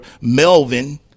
Melvin